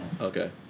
okay